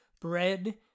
bread